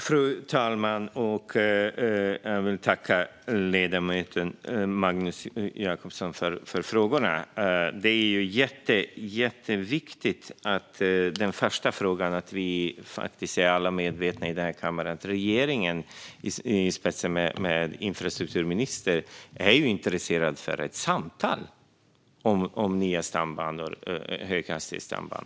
Fru talman! Jag vill tacka ledamoten Magnus Jacobsson för frågorna. När det gäller den första frågan vill jag säga att det är jätteviktigt att vi alla i den här kammaren är medvetna om att regeringen, med infrastrukturministern i spetsen, är intresserad av ett samtal om nya höghastighetsstambanor.